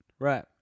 Right